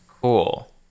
Cool